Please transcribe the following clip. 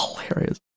hilarious